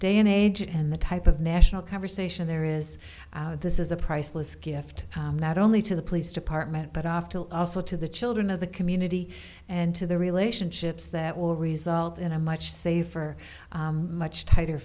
day and age and the type of national conversation there is this is a priceless gift not only to the police department but often also to the children of the community and to the relationships that will result in a much safer much tighter